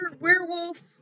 Werewolf